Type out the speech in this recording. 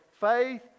faith